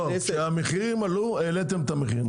כשהמחירים עלו, העליתם את המחיר.